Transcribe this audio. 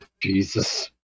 Jesus